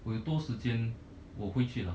我有多时间我会去啦